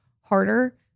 harder